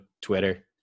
Twitter